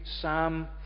Psalm